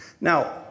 Now